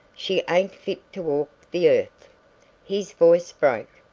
she ain't fit to walk the earth his voice broke.